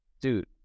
Dude